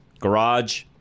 garage